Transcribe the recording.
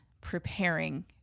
preparing